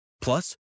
Plus